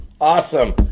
Awesome